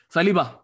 Saliba